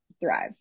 thrive